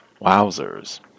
wowzers